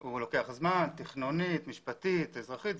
הוא לוקח זמן תכנונית, משפטית, אזרחית.